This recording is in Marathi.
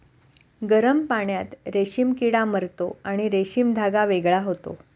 गरम पाण्यात रेशीम किडा मरतो आणि रेशीम धागा वेगळा होतो